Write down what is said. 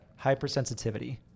Hypersensitivity